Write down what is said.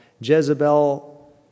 Jezebel